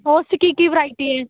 ਉਸ 'ਚ ਕੀ ਕੀ ਵਰਾਈਟੀ ਹੈ